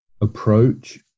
approach